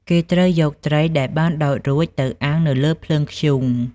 គេត្រូវយកត្រីដែលបានដោតរួចទៅអាំងនៅលើភ្លើងធ្យូង។